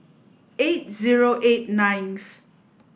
eight zero eight ninth